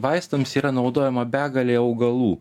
vaistams yra naudojama begalė augalų